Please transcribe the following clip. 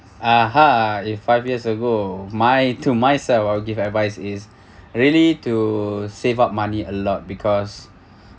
ah ha if five years ago my to myself I will give advice is really to save up money a lot because